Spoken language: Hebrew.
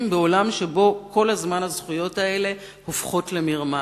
בעולם שבו כל הזמן הזכויות האלה הופכות למרמס.